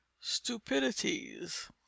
stupidities